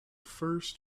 first